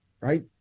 right